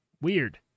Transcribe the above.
weird